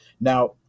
Now